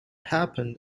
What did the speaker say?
happened